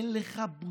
אין לך בושה